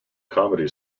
comedy